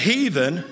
Heathen